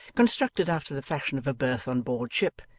constructed after the fashion of a berth on board ship,